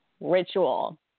ritual